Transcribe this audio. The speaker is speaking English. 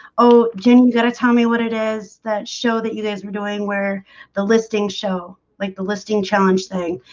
oh jen you got to tell me what it is that show that you guys were doing where the listings show like the listing challenge thing.